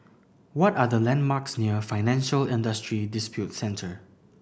what are the landmarks near Financial Industry Disputes Centre